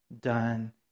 done